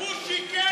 הוא שיקר.